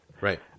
Right